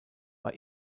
war